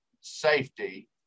safety